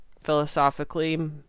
philosophically